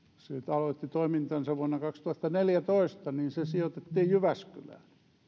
aloitti toimintansa vuonna kaksituhattaneljätoista se sijoitettiin jyväskylään